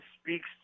speaks